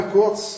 kurz